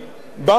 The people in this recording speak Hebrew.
בכפרים,